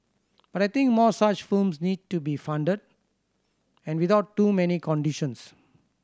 but I think more such films need to be funded and without too many conditions